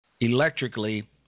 electrically